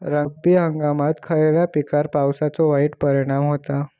रब्बी हंगामात खयल्या पिकार पावसाचो वाईट परिणाम होता?